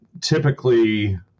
typically